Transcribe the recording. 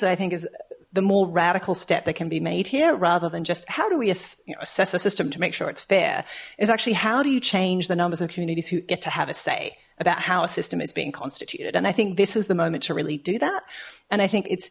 that i think is the more radical step that can be made here rather than just how do we assess a system to make sure it's fair is actually how do you change the numbers of communities who get to have a say about how a system is being constituted and i think this is the moment to really do that and i think it's